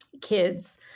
kids